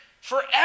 forever